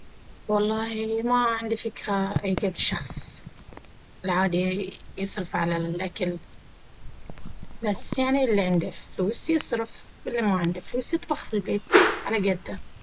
والله ماعندي فكرة اي قد الشخص العادي يصرف على الاكل بس يعني إلي عنده فلوس يصرف واللي ما عنده فلوس يطبخ في البيت على قده